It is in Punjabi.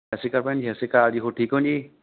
ਸਤਿ ਸ਼੍ਰੀ ਅਕਾਲ ਭੈਣ ਜੀ ਸਤਿ ਸ਼੍ਰੀ ਅਕਾਲ ਜੀ ਹੋਰ ਠੀਕ ਹੋ ਜੀ